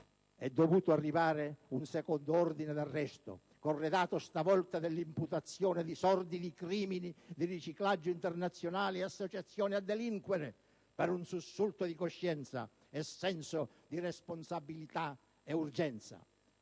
È dovuto arrivare un secondo ordine d'arresto, corredato stavolta dell'imputazione di sordidi crimini di riciclaggio internazionale e associazione a delinquere, per un sussulto di coscienza e senso di responsabilità e urgenza.